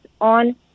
on